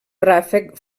ràfec